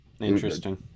Interesting